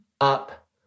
up